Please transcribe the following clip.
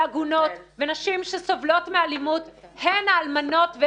ועגונות, ונשים שסובלות מאלימות הן האלמנות.